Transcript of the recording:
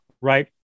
right